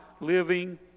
living